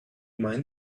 mind